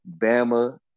Bama